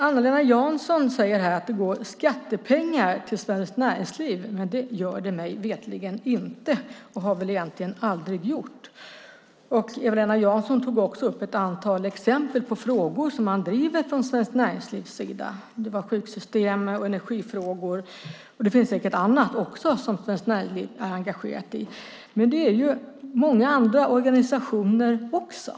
Eva-Lena Jansson säger att det går skattepengar till Svenskt Näringsliv, men det gör det mig veterligen inte och har väl aldrig gjort. Hon tog också upp ett antal exempel på frågor som man driver från Svenskt Näringslivs sida. Det var sjukförsäkringssystem och energifrågor. Det finns säkert annat också som Svenskt Näringsliv är engagerat i. Men det är många andra organisationer också.